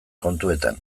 kontuetan